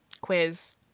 quiz